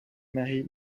mari